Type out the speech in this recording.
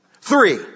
Three